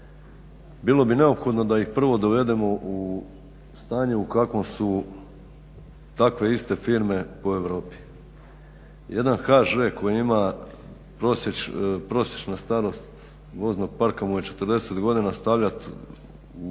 bilo bi neophodno da ih prvo dovedemo u stanje u kakvom su takve iste firme u Europi. Jedan HŽ koji ima prosječna starost voznog parka mu je 40 godina stavljat u paritet